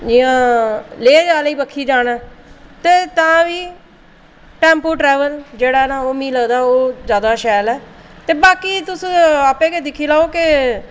इ'यां लेह आह्ली बक्खी जाना ऐ ते तां बी टैम्पो ट्रैवल जेह्ड़ा ऐ ना ते तां बी ओह् मिगी लगदा ऐ कि ज्यादा शैल ऐ ते बाकि तुस आपें गै दिक्खी लैओ के